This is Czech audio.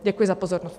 Děkuji za pozornost.